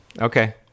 Okay